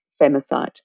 femicide